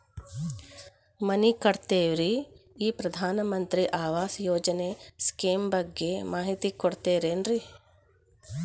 ಮನಿ ಕಟ್ಟಕತೇವಿ ರಿ ಈ ಪ್ರಧಾನ ಮಂತ್ರಿ ಆವಾಸ್ ಯೋಜನೆ ಸ್ಕೇಮ್ ಬಗ್ಗೆ ಮಾಹಿತಿ ಕೊಡ್ತೇರೆನ್ರಿ?